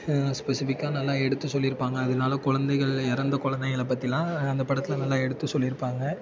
ஸ்பெஸிஃபிக்காக நல்லா எடுத்து சொல்லியிருப்பாங்க அதனால குழந்தைகள் இறந்த குலந்தைகள பற்றிலாம் அந்த படத்தில் நல்லா எடுத்து சொல்லியிருப்பாங்க